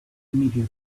immediately